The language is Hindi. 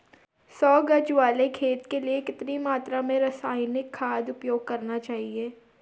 सौ गज वाले खेत के लिए कितनी मात्रा में रासायनिक खाद उपयोग करना चाहिए?